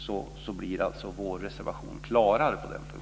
På det sättet blir vår reservation klarare på denna punkt.